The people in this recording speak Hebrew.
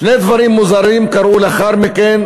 שני דברים מוזרים קרו לאחר מכן,